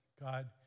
God